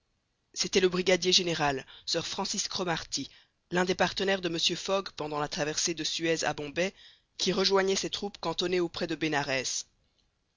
c'était le brigadier général sir francis cromarty l'un des partenaires de mr fogg pendant la traversée de suez à bombay qui rejoignait ses troupes cantonnées auprès de